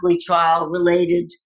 trial-related